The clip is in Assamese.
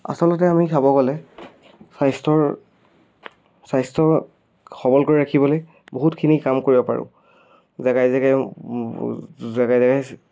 আচলতে আমি চাব গ'লে স্বাস্থ্যৰ স্বাস্থ্যৰ সবল কৰি ৰাখিবলৈ বহুতখিনি কাম কৰিব পাৰোঁ জেগাই জেগাই জেগাই জেগাই